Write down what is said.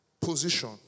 position